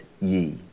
ye